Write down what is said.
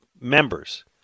members